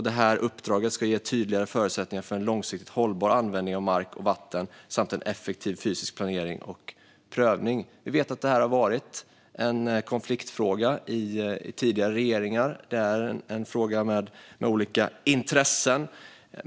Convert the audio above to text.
Det här uppdraget ska ge tydligare förutsättningar för en långsiktigt hållbar användning av mark och vatten samt en effektiv fysisk planering och prövning. Vi vet att det här har varit en konfliktfråga i tidigare regeringar. Det är en fråga med olika intressen.